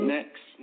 Next